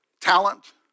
talent